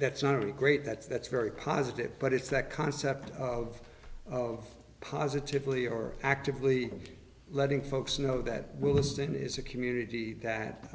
that's not really great that's that's very positive but it's that concept of of positively or actively letting folks know that willesden is a community that